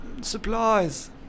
Supplies